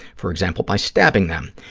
for example, by stabbing them,